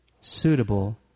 suitable